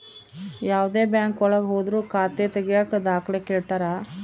ಯಾವ್ದೇ ಬ್ಯಾಂಕ್ ಒಳಗ ಹೋದ್ರು ಖಾತೆ ತಾಗಿಯಕ ದಾಖಲೆ ಕೇಳ್ತಾರಾ